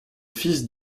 fils